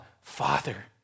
Father